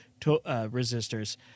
resistors